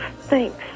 Thanks